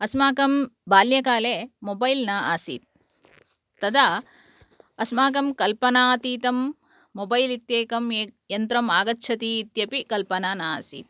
अस्माकं बाल्यकाले मोबैल् न आसीत् तदा अस्मकं कल्पनातीतं मोबैल् इत्येकं एकं यन्त्रम् आगच्छति इत्यपि कल्पना नासीत्